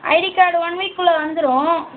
ID card one வீக்குள்ளே வந்துரும்